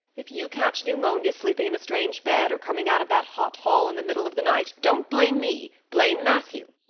if you catch pneumonia sleeping in a strange bed or coming out of that hot hall in the middle of the night, don't blame me, blame matthew.